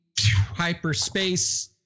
hyperspace